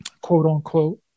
quote-unquote